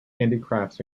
handicrafts